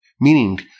Meaning